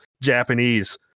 Japanese